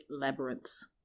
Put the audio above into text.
labyrinths